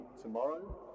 tomorrow